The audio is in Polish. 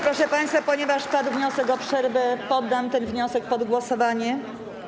Proszę państwa, ponieważ padł wniosek o przerwę, poddam ten wniosek pod głosowanie.